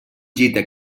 gite